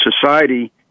society